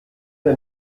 der